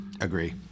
Agree